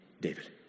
David